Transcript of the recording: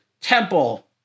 temple